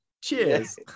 cheers